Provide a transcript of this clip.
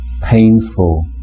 painful